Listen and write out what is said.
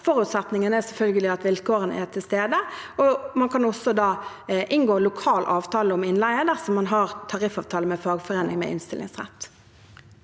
er selvfølgelig at vilkårene er til stede. Man kan også inngå lokal avtale om innleie dersom man har tariffavtale med fagforening med innstillingsrett.